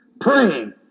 Praying